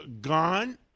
gone